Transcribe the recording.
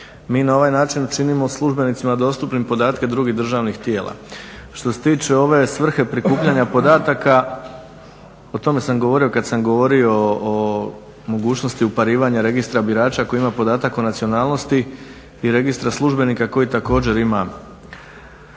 Mi na ovaj način činimo službenicima dostupnim podatke drugih državnih tijela. Što se tiče ove svrhe prikupljanja podataka o tome sam govorio kad sam govorio o mogućnosti uparivanja registra birača koji ima podatak o nacionalnosti i registra službenika koji također ima,